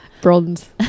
Bronze